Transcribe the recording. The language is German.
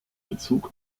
bezug